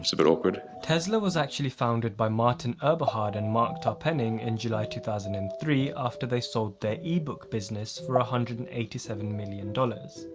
so bit awkward. tesla was actually founded by martin eberhard and mark tarpenning in july two thousand and three after they sold their ebook business for one ah hundred and eighty seven million dollars